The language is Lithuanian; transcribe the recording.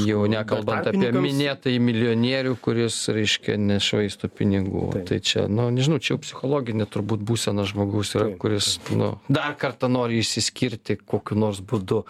jau nekalbant apie minėtąjį milijonierių kuris reiškia nešvaisto pinigų tai čia nu nežinau čia jau psichologinė turbūt būsena žmogaus yra kuris nu dar kartą nori išsiskirti kokiu nors būdu